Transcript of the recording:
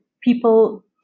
people